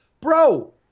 bro